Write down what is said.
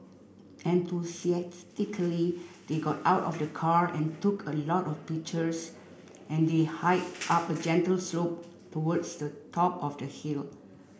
enthusiastically they got out of the car and took a lot of pictures as they hiked up a gentle slope towards the top of the hill